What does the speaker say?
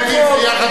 הבאתי את זה יחד,